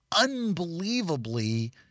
unbelievably